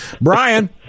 Brian